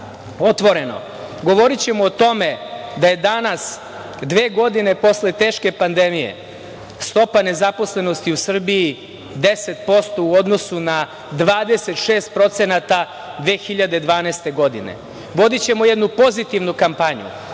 otvoreno. Govorićemo o tome da je danas, dve godine posle teške pandemije, stopa nezaposlenosti u Srbiji 10%, u odnosu na 26% 2012. godine. Vodićemo jednu pozitivnu kampanju,